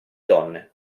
donne